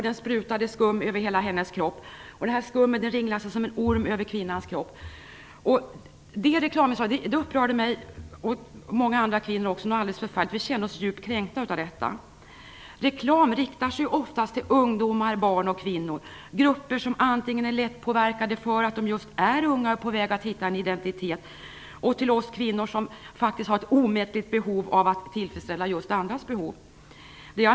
Den sprutade skum över hela hennes kropp. Detta skum ringlade sig som en orm över kroppen. Det reklaminslaget upprörde mig och många andra kvinnor. Vi kände oss djupt kränkta. Reklam riktar sig oftast till ungdomar, barn och kvinnor. Det handlar om människor som är lättpåverkade för att de är unga och på väg att hitta en identitet och det handlar om oss kvinnor som faktiskt har ett omättligt behov av att tillfredsställa just andras behov.